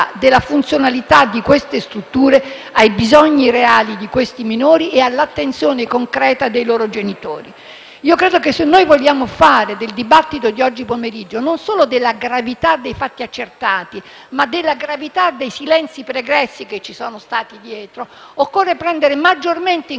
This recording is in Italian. della funzionalità di queste strutture ai bisogni reali dei minori e all'attenzione concreta dei loro genitori. Credo che se vogliamo dare valore al dibattito di oggi pomeriggio, non solo sulla gravità dei fatti accertati, ma sui silenzi pregressi che ci sono stati, occorre prendere maggiormente in